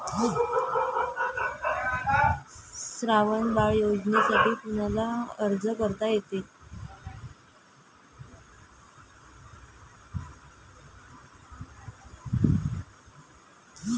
श्रावण बाळ योजनेसाठी कुनाले अर्ज करता येते?